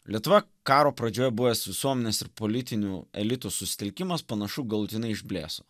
lietuvoje karo pradžioje buvęs visuomenės ir politinių elitų susitelkimas panašu galutinai išblėso